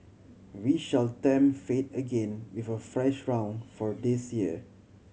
we shall tempt fate again with a fresh round for this year